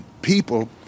People